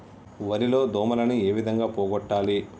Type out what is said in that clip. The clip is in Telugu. వరి లో దోమలని ఏ విధంగా పోగొట్టాలి?